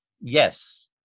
yes